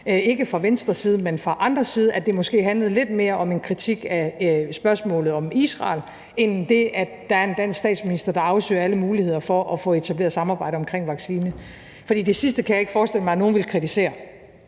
ikke fra Venstres side, men fra andres side – at det måske handlede lidt mere om en kritik i spørgsmålet om Israel end det, at der er en dansk statsminister, der afsøger alle muligheder for at få etableret et samarbejde omkring en vaccine. For det sidste kan jeg ikke forestille mig at nogen ville kritisere.